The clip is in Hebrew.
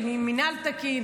של מינהל תקין.